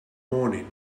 morning